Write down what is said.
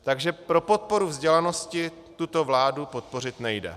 Takže pro podporu vzdělanosti tuto vládu podpořit nejde.